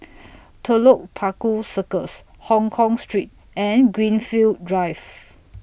Telok Paku Circus Hongkong Street and Greenfield Drive